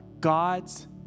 God's